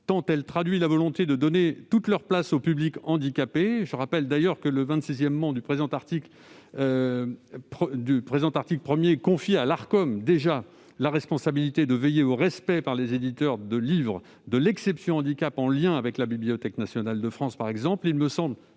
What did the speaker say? tant elle traduit la volonté de donner toute leur place aux publics handicapés. Je rappelle d'ailleurs que le 26° du paragraphe I de l'article 1 confie déjà au régulateur la responsabilité de veiller au respect par les éditeurs de livres de l'exception « handicap », en lien avec la Bibliothèque nationale de France.